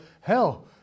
hell